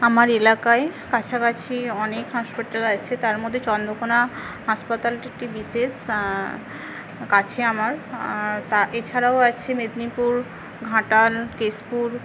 আমার এলাকায় কাছাকাছি অনেক হসপিটাল আছে তার মধ্যে চন্দ্রকোনা হাসপাতালটা একটি বিশেষ কাছে আমার আর এছাড়াও আছে মেদিনীপুর ঘাটাল কেশপুর